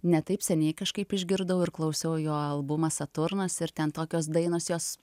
ne taip seniai kažkaip išgirdau ir klausiau jo albumas saturnas ir ten tokios dainos jos